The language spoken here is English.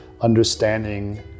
understanding